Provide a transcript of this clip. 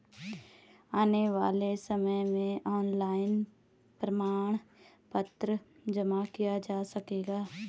आने वाले समय में ऑनलाइन प्रमाण पत्र जमा किया जा सकेगा